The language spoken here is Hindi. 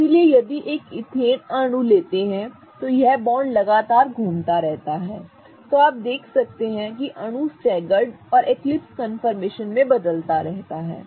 इसलिए यदि हम एक ईथेन अणु लेते हैं तो यह बॉन्ड लगातार घूमता रहता है तो आप देख सकते हैं कि अणु स्टेगर्ड और एक्लिप्स कन्फर्मेशन में बदलता रहता है